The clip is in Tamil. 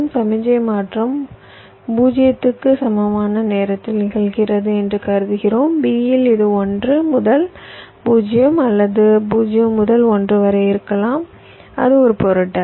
சமிக்ஞை மாற்றம் 0 க்கு சமமான நேரத்தில் நிகழ்கிறது என்று கருதுகிறோம் b இல் இது 1 முதல் 0 அல்லது 0 முதல் 1 வரை இருக்கலாம் அது ஒரு பொருட்டல்ல